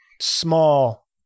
small